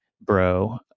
bro